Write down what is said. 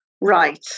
right